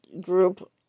group